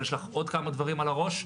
אבל יש לך עוד כמה דברים על הראש.